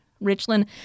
Richland